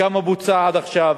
כמה בוצע עד עכשיו,